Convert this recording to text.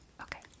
Okay